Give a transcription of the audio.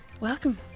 Welcome